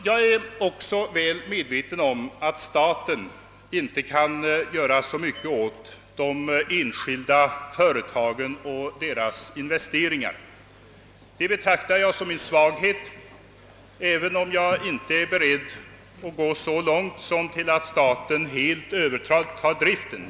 Jag är också väl medveten om att staten inte kan göra så mycket åt de enskilda företagen och deras investeringar. Det betraktar jag som en svaghet, även om jag inte är beredd att gå så långt som till att förorda att staten helt övertar driften.